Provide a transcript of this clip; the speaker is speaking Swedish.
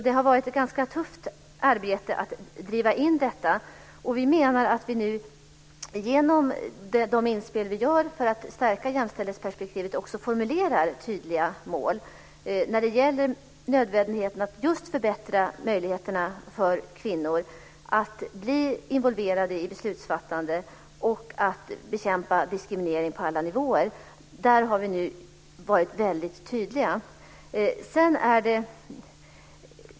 Det har varit ett ganska tufft arbete att få in detta. Genom de inspel vi nu gör för att stärka jämställdhetsperspektivet formulerar vi också tydliga mål när det gäller nödvändigheten av att förbättra möjligheterna för kvinnor att bli involverade i beslutsfattande och att bekämpa diskriminering på alla nivåer. Där har vi nu varit väldigt tydliga.